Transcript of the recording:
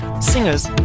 singers